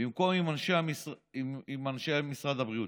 במקום עם אנשי משרד הבריאות.